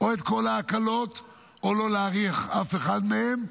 את כל ההקלות או לא להאריך אף אחת מהן,